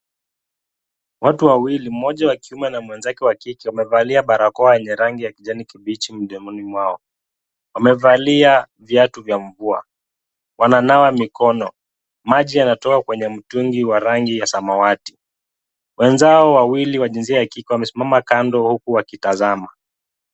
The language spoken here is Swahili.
Watu wawili, mmoja wa kiume na mwenzake wa kike wamevalia barakoa yenye rangi ya kijani kibichi mdomoni mwao. Wamevalia viatu vya mvua. Wananawa mikono. Maji yanatoka kwenye mtungi wa rangi ya samawati. Wenzao wawili wa jinsia ya kike wamesimama kando huku wakitazama.